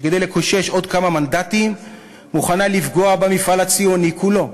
שכדי לקושש עוד כמה מנדטים מוכנה לפגוע במפעל הציוני כולו.